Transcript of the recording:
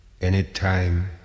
Anytime